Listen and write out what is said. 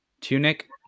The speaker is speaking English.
tunic